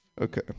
okay